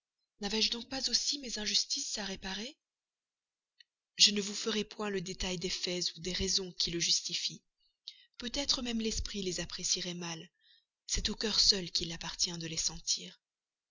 n'avais-je donc pas aussi mes injustices à réparer je ne vous ferai point le détail des faits ou des raisons qui le justifient peut-être même l'esprit les apprécierait mal c'est au cœur seul qu'il appartient de les sentir